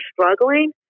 struggling